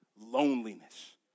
loneliness